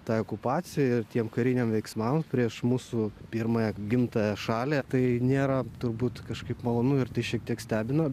tai okupacijai ir tiem kariniam veiksmam prieš mūsų pirmąją gimtąją šalį tai nėra turbūt kažkaip malonu ir tai šiek tiek stebina